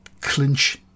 clinch